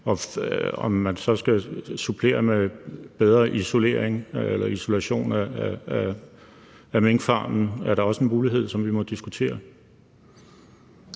At man så kan supplere med bedre isolation af minkfarmen, er da også en mulighed, som vi må diskutere.